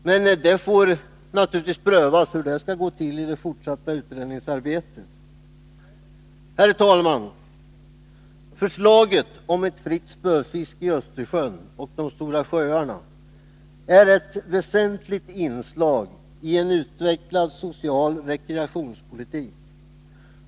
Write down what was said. Men hur det skall gå till får naturligtvis prövas i det fortsatta utredningsarbetet. Herr talman! Förslaget om ett fritt spöfiske i Östersjön och de stora sjöarna är ett väsentligt inslag i en utvecklad social rekreationspolitik.